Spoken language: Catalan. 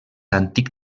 antic